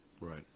Right